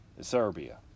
Serbia